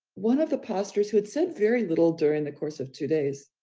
one of the pastors who had said very little, during the course of two days,